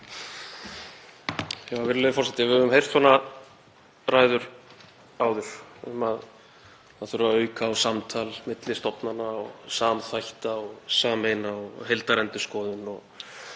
Virðulegur forseti. Við höfum heyrt svona ræður áður um að það þurfi að auka samtal milli stofnana og samþætta og sameina og heildarendurskoðun